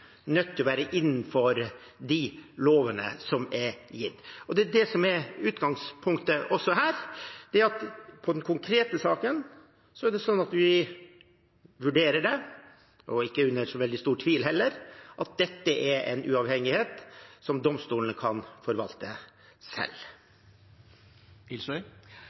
nødt til å være innenfor de lovene som er gitt. Det er det som er utgangspunktet også her. I den konkrete saken vurderer vi det slik – og ikke under så veldig stor tvil heller – at dette er en uavhengighet som domstolene kan forvalte selv.